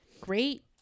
Great